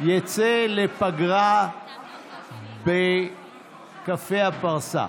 יצא לפגרה בקפה הפרסה.